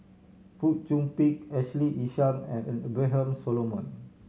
Fong Chong Pik Ashley Isham and Abraham Solomon